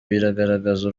biragaragaza